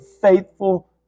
faithful